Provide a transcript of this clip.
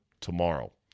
tomorrow